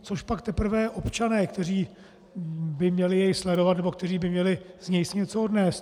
Cožpak teprve občané, kteří by měli sledovat, nebo kteří by měli z něj si něco odnést.